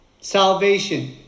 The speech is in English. Salvation